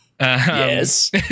Yes